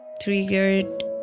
triggered